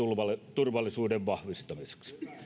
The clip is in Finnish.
turvallisuuden vahvistamiseksi